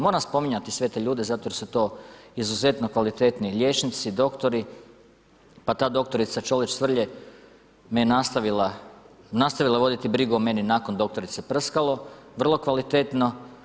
Moram spominjati sve te ljude zato jer su to izuzetno kvalitetni liječnici, doktori, pa ta doktorica Čolić-Cvrlje me je nastavila voditi brigu o meni nakon doktorice Prskalo vrlo kvalitetno.